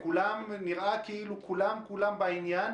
ונראה כאילו כולם כולם בעניין,